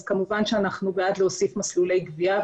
כמובן שאנחנו בעד להוסיף מסלולי גבייה,